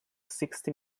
sixty